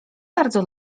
bardzo